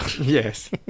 Yes